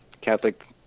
Catholic